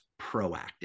proactive